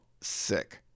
sick